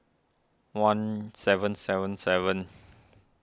one seven seven seven